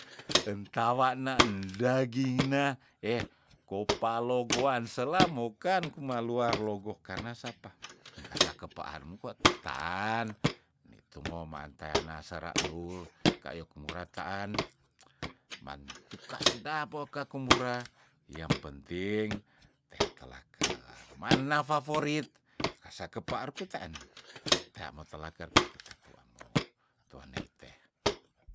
Entawa na endaging na eh kopa logoan sela mokan kuma luar logo karna sapa engkasa kepaarmu kwa te taan nitu mo me anteyana sera leur kayo kumura taan mantuk ka sedap poeka kumbura yam penting tea telaker maan na favorit kasa kepaar ku teen tea mo telaker ka kita tu ambou tuane ite